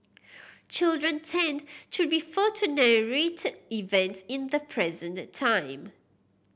children tend to refer to narrated events in the present time